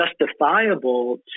justifiable